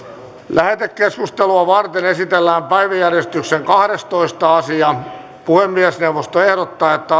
lähetekeskustelua varten esitellään päiväjärjestyksen kahdestoista asia puhemiesneuvosto ehdottaa että